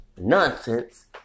nonsense